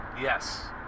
Yes